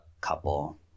couple